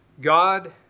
God